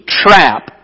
trap